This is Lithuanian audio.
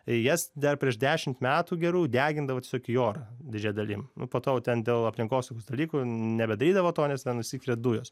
ir jas dar prieš dešimt metų gerų degindavo tiesiog į orą didžia dalim po to jau ten dėl aplinkosaugos dalykų nebedarydavo to nes ten vis tiek yra dujos